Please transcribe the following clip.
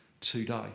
today